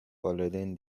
والدین